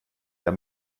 der